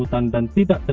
hundred and eighteen